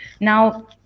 Now